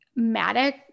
Matic